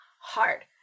hard